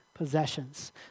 possessions